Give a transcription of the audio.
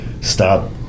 stop